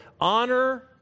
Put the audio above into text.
Honor